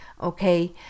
Okay